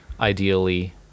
ideally